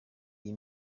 iyi